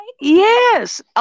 yes